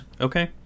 Okay